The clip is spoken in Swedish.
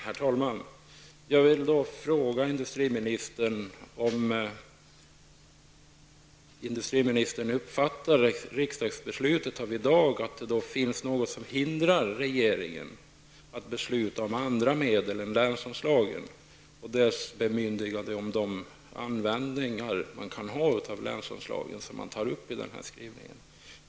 Herr talman! Jag vill fråga industriministern om han uppfattar riksdagsbeslutet av i dag så, att det finns någonting som hindrar regeringen att besluta om bemyndigande av andra medel än länsanslagen i detta sammanhang.